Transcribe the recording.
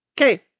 Okay